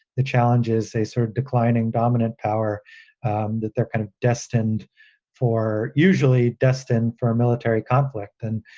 the challenge is a sort of declining, dominant power that they're kind of destined for, usually destined for a military conflict. and,